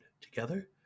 Together